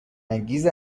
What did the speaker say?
انگیز